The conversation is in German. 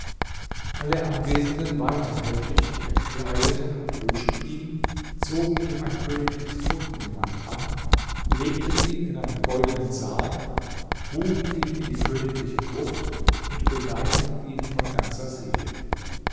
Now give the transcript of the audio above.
alle anwesenden weinten heftig entkleideten und wuschen ihn zogen ihm ein königliches totengewand an legten ihn in einen goldenen sarg trugen ihn in die königliche gruft und beweinten ihn von ganzer seele